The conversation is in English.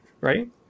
Right